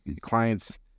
clients